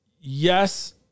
yes